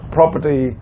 property